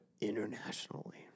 Internationally